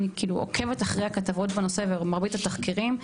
אני עוקבת אחרי הכתבות בנושא ומרבית התחקירים.